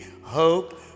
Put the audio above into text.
hope